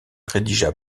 rédigea